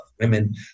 women